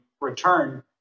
return